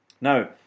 now